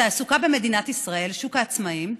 התעסוקה במדינת ישראל, שוק העצמאים,